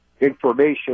information